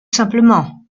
simplement